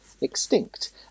extinct